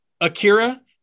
Akira